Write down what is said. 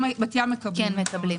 מקבלים.